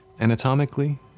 Anatomically